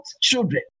children